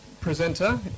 presenter